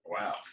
Wow